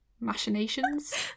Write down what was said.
machinations